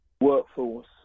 workforce